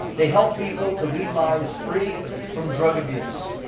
they help people to lead lives free from drug abuse.